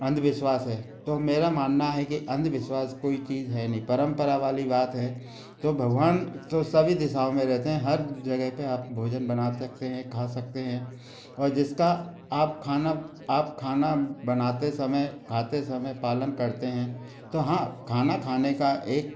अंधविश्वास है तो मेरा मानना है कि अंधविश्वास कोई चीज है नहीं परम्परा वाली बात है तो भगवान तो सभी दिशाओं रहते हैं हर जगह पे आप भोजन बना सकते हैं खा सकते हैं और जिसका आप खाना आप खाना बनाते समय खाते समय पालन करते हैं तो हाँ खाना खाने का एक